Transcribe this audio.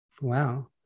Wow